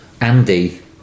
Andy